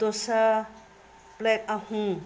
dosa plate ꯑꯍꯨꯝ